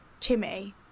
Chimmy